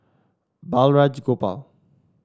Balraj Gopal